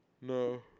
No